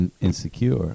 Insecure